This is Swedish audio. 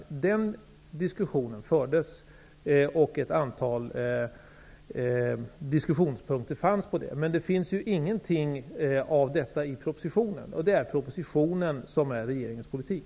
Den diskussionen fördes, och det fanns ett antal diskussionspunkter i det sammanhanget. Men det finns ju ingenting av detta i propositionen, och det är propositionen som redovisar regeringens politik.